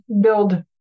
build